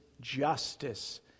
justice